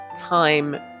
time